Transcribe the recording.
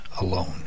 alone